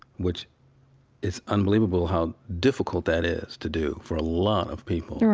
which is unbelievable how difficult that is to do for a lot of people, yeah